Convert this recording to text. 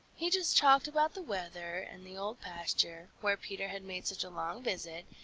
he just talked about the weather and the old pasture, where peter had made such a long visit,